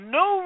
no